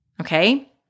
Okay